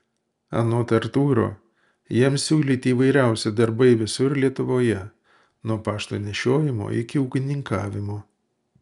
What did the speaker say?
anot artūro jam siūlyti įvairiausi darbai visur lietuvoje nuo pašto nešiojimo iki ūkininkavimo